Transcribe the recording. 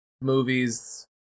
movies